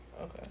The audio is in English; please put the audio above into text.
okay